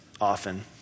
often